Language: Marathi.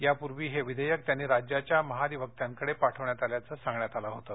यापूर्वी हे विधेयक त्यांनी राज्याच्या महाधिवक्तांकडे पाठवल्याचं सांगण्यात आलं होतं